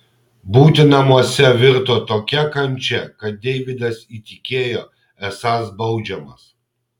būti namuose virto tokia kančia kad deividas įtikėjo esąs baudžiamas